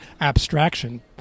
abstraction